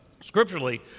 scripturally